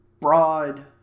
broad